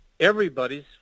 everybody's